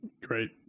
Great